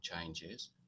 changes